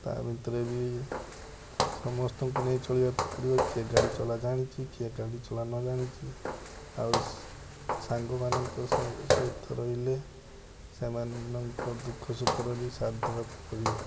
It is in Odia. ତା ଭିତରେ ବି ସମସ୍ତଙ୍କୁ ନେଇ ଚଳିବାକୁ ପଡ଼ିବ କିଏ ଗାଡ଼ି ଚଳା ଜାଣିଛି କିଏ ଗାଡ଼ି ଚଳା ନ ଜାଣିଛି ଆଉ ସାଙ୍ଗମାନଙ୍କ ସହ ସହିତ ରହିଲେ ସେମାନଙ୍କ ଦୁଃଖ ସୁଖରେ ବି ସାଥ୍ ଦେବାକୁ ପଡ଼ିବ